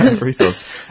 resource